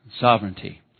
sovereignty